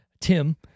Tim